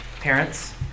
parents